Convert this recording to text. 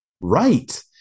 Right